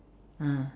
ah